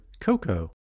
cocoa